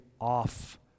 off